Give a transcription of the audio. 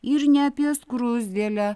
ir ne apie skruzdėlę